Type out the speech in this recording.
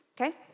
okay